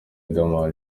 riderman